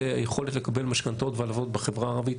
היכולת לקבל משכנתאות והלוואות בחברה הערבית,